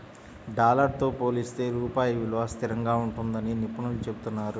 dollar తో పోలిస్తే రూపాయి విలువ స్థిరంగా ఉంటుందని నిపుణులు చెబుతున్నారు